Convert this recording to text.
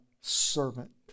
servant